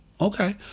okay